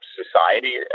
society